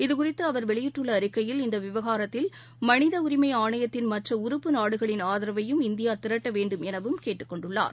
இதுகுறித்துஅவர் வெளியிட்டுள்ளஅறிக்கையில் இந்தவிவகாரத்தில் மனிதஉரிமைஆணையத்தின் மற்றஉறுப்பு நாடுகளின் ஆதரவையும் இந்தியாதிரட்டவேண்டும் எனவும் கேட்டுக் கொண்டுள்ளார்